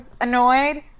annoyed